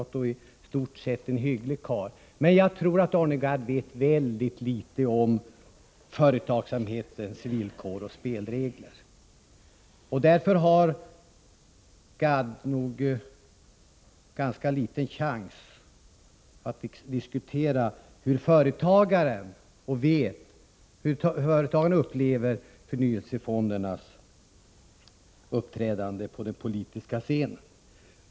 Arne Gadd, som i stort sett är en hygglig karl, vet väldigt litet om företagsamhetens villkor och spelregler. Därför är det svårt för Arne Gadd att diskutera hur företagaren upplever förnyelsefondernas uppträdande på den politiska scenen.